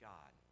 God